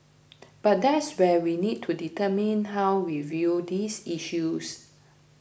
but that's where we need to determine how we view these issues